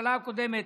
בממשלה הקודמת,